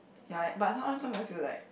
ya but sometimes I feel like